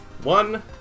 one